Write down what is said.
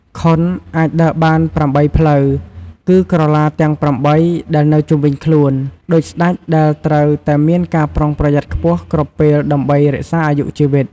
ខុន អាចដើរបានប្រាំបីផ្លូវ គឺក្រឡាទាំងប្រាំបីដែលនៅជុំវិញខ្លួន ដូចស្តេចដែលត្រូវតែមានការប្រុងប្រយ័ត្នខ្ពស់គ្រប់ពេលដើម្បីរក្សាអាយុជីវិត។